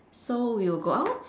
so we will go out